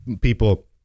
people